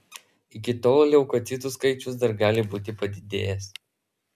iki tol leukocitų skaičius dar gali būti padidėjęs